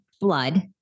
blood